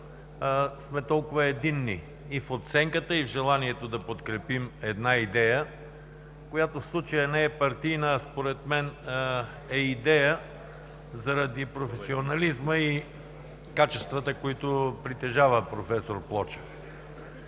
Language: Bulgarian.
сме толкова единни и в оценката, и в желанието да подкрепим една идея, която в случая не е партийна, а според мен е идея заради професионализма и качествата, които притежава проф. Плочев.